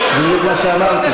זה בדיוק מה שאמרתי,